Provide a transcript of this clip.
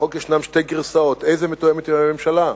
לחוק יש שתי גרסאות, איזו מתואמת עם הממשלה?